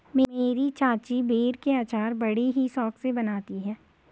मेरी चाची बेर के अचार बड़ी ही शौक से बनाती है